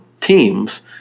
teams